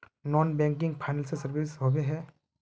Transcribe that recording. Non banking financial services होबे है?